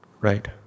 Right